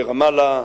ברמאללה,